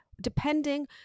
Depending